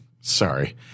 sorry